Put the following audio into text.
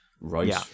Right